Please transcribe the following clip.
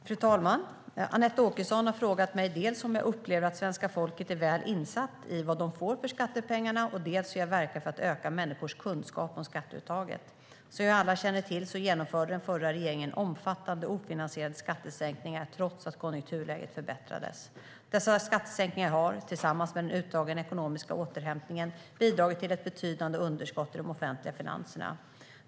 Fru talman! Anette Åkesson har frågat mig dels om jag upplever att svenska folket är väl insatt i vad de får för skattepengarna, dels hur jag verkar för att öka människors kunskap om skatteuttaget. Som vi alla känner till genomförde den förra regeringen omfattande ofinansierade skattesänkningar trots att konjunkturläget förbättrades. Dessa skattesänkningar har, tillsammans med den utdragna ekonomiska återhämtningen, bidragit till ett betydande underskott i de offentliga finanserna.